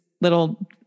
little